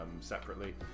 separately